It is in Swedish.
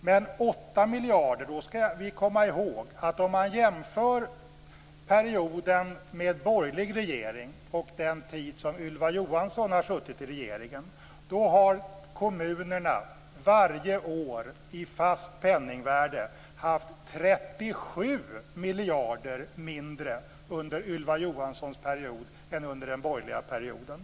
Men när man säger 8 miljarder skall man komma ihåg att om man jämför perioden med borgerlig regering och den period som Ylva Johansson har suttit i regeringen har kommunerna varje år i fast penningvärde haft 37 miljarder mindre under Ylva Johanssons period än under den borgerliga perioden.